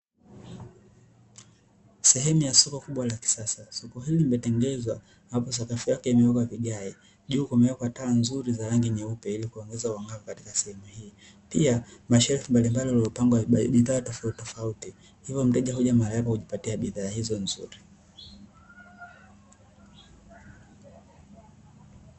Sehemu ya soko kubla la kisasa. Soko hili limetengenezwa ambapo sakafu yake imewekwa vigae, juu kumewekwa taa nzuri za rangi nyeupe ili kuongeza uangavu katika sehemu hii. Pia mashelfu mbalimbali yaliyopangwa bidhaa tofautitofauti hivyo mteja huja mahali hapa kujipatia bidhaa nzuri.